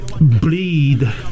bleed